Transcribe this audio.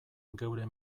geure